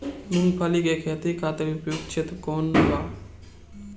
मूँगफली के खेती खातिर उपयुक्त क्षेत्र कौन वा?